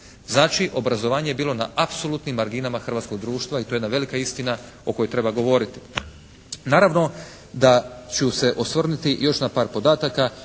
Znači obrazovanje je bilo na apsolutnim marginama hrvatskog društva i to je jedna velika istina o kojoj treba govoriti. Naravno da ću se osvrnuti još na par podataka